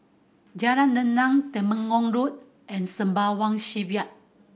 Jalan Rendang Temenggong Road and Sembawang Shipyard